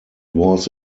was